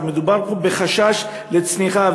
מדובר פה בחשש לצניחה,